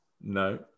No